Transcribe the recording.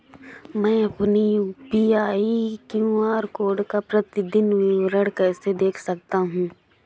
मैं अपनी UPI QR code का प्रतीदीन विवरण कैसे देख सकता हूँ?